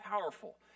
powerful